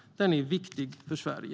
Den är viktig för Sverige.